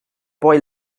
boy